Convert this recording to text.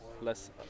less